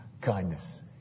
kindness